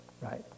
right